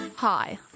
Hi